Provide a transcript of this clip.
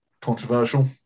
Controversial